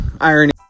irony